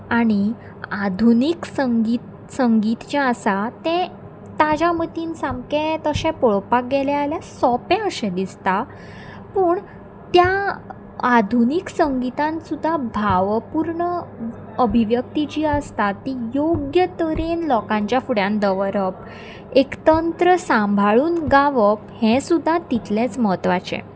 आनी आधुनीक संगीत संगीत जें आसा तें ताच्या मतीन सामकें तशें पळोवपाक गेलें जाल्यार सोंपें अशें दिसता पूण त्या आधुनीक संगितान सुद्दां भावपूर्ण अभिव्यक्ती जी आसता ती योग्य तरेन लोकांच्या फुड्यान दवरप एक तंत्र सांबाळून गावप हें सुद्दां तितलेंच म्हत्वाचें